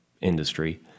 industry